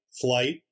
flight